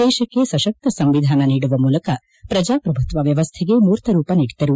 ದೇಶಕ್ಕೆ ಸಶಕ್ತ ಸಂವಿಧಾನ ನೀಡುವ ಮೂಲಕ ಪ್ರಜಾಪ್ರಭುತ್ವವ್ಯವಸ್ಥೆಗೆ ಮೂರ್ತ ರೂಪ ನೀಡಿದ್ದರು